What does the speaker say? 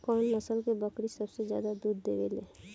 कउन नस्ल के बकरी सबसे ज्यादा दूध देवे लें?